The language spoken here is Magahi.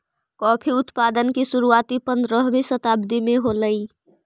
कॉफी उत्पादन की शुरुआत पंद्रहवी शताब्दी में होलई